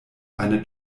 eine